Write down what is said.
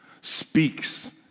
speaks